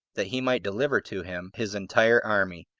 that he might deliver to him his entire army,